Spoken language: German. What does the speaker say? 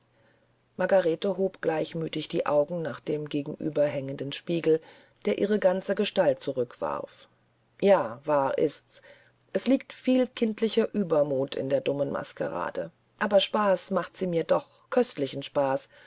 margarete hob gleichmütig die augen nach dem gegenüberhängenden spiegel der ihre ganze gestalt zurückwarf ja wahr ist's es liegt viel kindischer uebermut in der dummen maskerade aber spaß macht sie mir doch köstlichen spaß